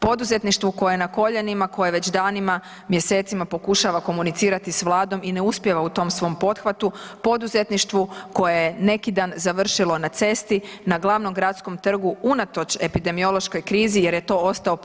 Poduzetništvu koje je na koljenima, koje već danima, mjesecima, pokušava komunicirati sa Vladom i ne uspijeva u tom svom pothvatu, poduzetništvu koje je neki dan završilo na cesti, na glavnom gradskom trgu unatoč epidemiološkoj krizi jer je to ostao